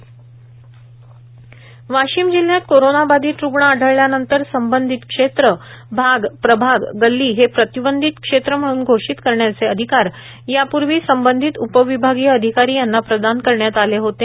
अधिकारांचे आता विकेंद्रीकरण वाशिम जिल्ह्यात कोरोना बाधित रुग्ण आढळल्यानंतर संबंधित क्षेत्र भाग प्रभाग गल्ली हे प्रतिबंधित क्षेत्र कन्टेन्मेंट झोन म्हणून घोषित करण्याचे अधिकार यापूर्वी संबंधित उपविभागीय अधिकारी यांना प्रदान करण्यात आले होते